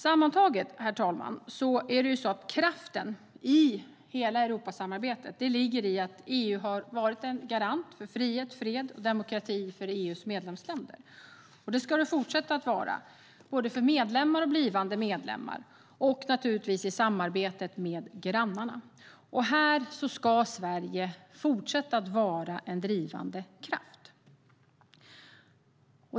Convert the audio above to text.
Sammantaget, herr talman, ligger själva kraften i hela Europasamarbetet i att EU har varit en garant för frihet, fred och demokrati för EU:s medlemsländer. Det ska det fortsätta att vara, både för medlemmar och blivande medlemmar, och naturligtvis i samarbete med grannarna. Här ska Sverige fortsätta vara en drivande kraft.